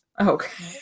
Okay